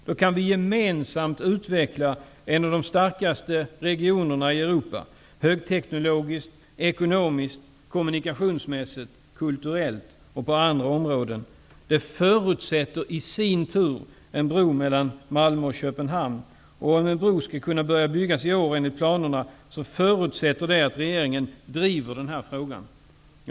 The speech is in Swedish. Då kan vi gemensamt utveckla en av de starkaste regionerna i Europa kommunikationsmässigt, ekonomiskt, högteknologiskt, kulturellt och på annat sätt. Det förutsätter i sin tur en bro mellan Malmö och Köpenhamn. Om bron skall börja byggas i år enligt planerna, förutsätter det att regeringen driver denna fråga.